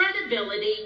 credibility